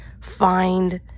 find